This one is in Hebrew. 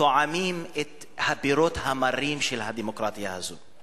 טועמים את הפירות המרים של הדמוקרטיה הזאת.